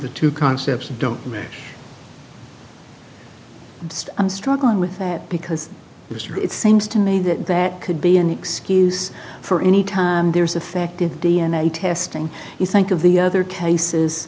the two concepts don't match i'm struggling with that because it seems to me that that could be an excuse for anytime there's effective d n a testing you think of the other